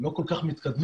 לא כל כך מתקדמים,